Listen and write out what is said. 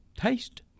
taste